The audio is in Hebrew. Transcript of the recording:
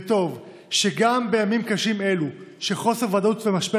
וטוב שגם בימים קשים אלו של חוסר ודאות ומשבר